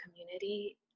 community